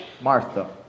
Martha